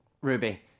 Ruby